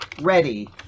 ready